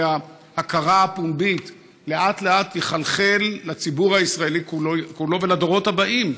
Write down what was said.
ההכרה הפומבית לאט-לאט תחלחל לציבור הישראלי כולו ולדורות הבאים